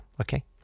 Okay